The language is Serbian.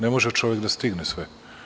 Ne može čovek da stigne sve.